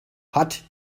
hat